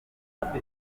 ibwami